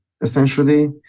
essentially